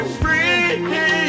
free